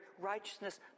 righteousness